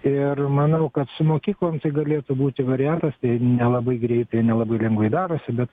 ir manau kad su mokyklom tai galėtų būti variantas nelabai greitai nelabai lengvai darosi bet